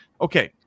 Okay